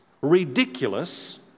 ridiculous